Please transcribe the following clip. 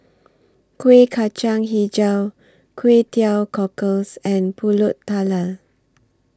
Kueh Kacang Hijau Kway Teow Cockles and Pulut Tatal